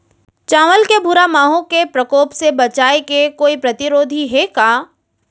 चांवल के भूरा माहो के प्रकोप से बचाये के कोई प्रतिरोधी हे का?